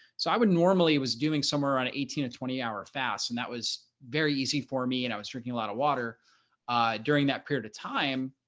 so i would normally was doing somewhere on eighteen to twenty hour fasts and that was very easy for me and i was drinking a lot of water during that period of time,